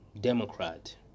Democrat